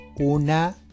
una